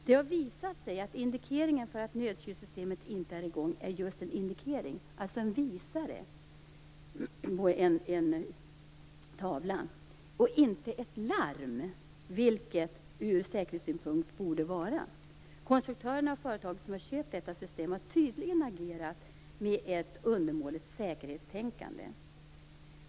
Det har visat sig att indikeringen för att nödkylningssystemet inte är i gång just är en indikering, alltså en visare, på en tavla och inte ett larm, vilket det ur säkerhetssynpunkt borde vara. Konstruktörerna vid företaget som har köpt detta system har tydligen agerat med ett undermåligt säkerhetstänkande.